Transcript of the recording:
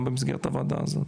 גם במסגרת הוועדה הזאת.